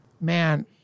man